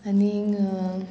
आनी